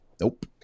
nope